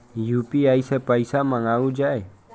UPI सै पैसा मंगाउल जाय?